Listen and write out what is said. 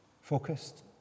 focused